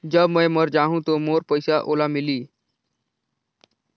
जब मै मर जाहूं तो मोर पइसा ओला मिली?